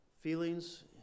feelings